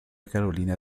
carolina